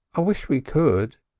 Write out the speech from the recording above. i wish we could,